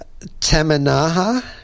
Tamanaha